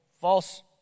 false